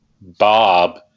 Bob